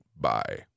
Bye